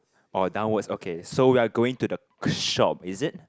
or downwards okay so we're going to the k~ shop is it